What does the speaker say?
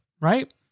right